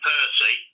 Percy